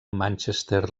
manchester